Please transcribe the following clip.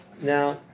Now